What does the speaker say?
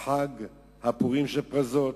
החג זה פורים של פרזות.